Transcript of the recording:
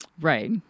Right